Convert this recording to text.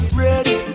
ready